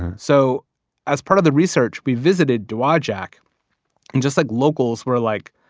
and so as part of the research we visited dowaigic and just like locals were like,